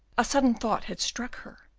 a sudden thought had struck her,